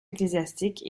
ecclésiastique